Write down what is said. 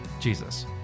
Jesus